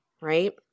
right